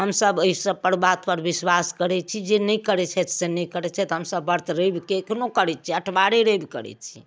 हमसब एहि सब पर बात पर विश्वास करैत छी जे नहि करैत छथि से नहि करैत छथि हमसब ब्रत रविके एखनो करैत छी अठबारे रबि करैत छी